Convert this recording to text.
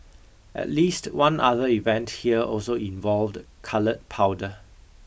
at least one other event here also involved coloured powder